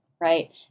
right